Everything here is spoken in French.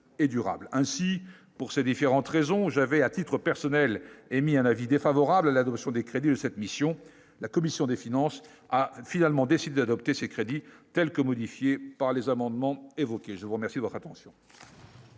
ainsi pour ces différentes raisons, j'avais à titre personnel, émis un avis défavorable à l'adoption des crédits de cette mission, la commission des finances, a finalement décidé d'adopter ces crédits, telle que modifiée par les amendements évoqués, je vous remercie de rétention.